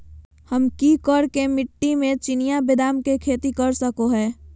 हम की करका मिट्टी में चिनिया बेदाम के खेती कर सको है?